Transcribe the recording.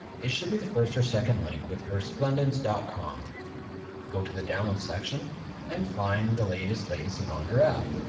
it should be the first or second link with resplendence dot com go to the download section and find the latest latency monitor app.